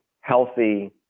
healthy